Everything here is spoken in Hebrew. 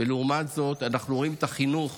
ולעומת זאת, אנחנו רואים את החינוך